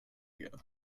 ago